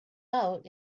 out